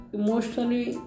emotionally